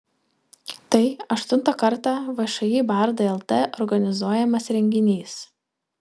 tai aštuntą kartą všį bardai lt organizuojamas renginys